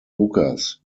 lucas